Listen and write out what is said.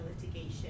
litigation